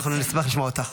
אנחנו נשמח לשמוע אותך.